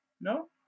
No